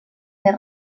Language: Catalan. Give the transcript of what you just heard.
més